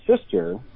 sister